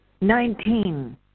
nineteen